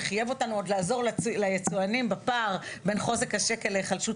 שחייב אותנו עוד לעזור ליצואנים בפער בין חוזק השקל להיחלשות